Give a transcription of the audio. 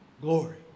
glory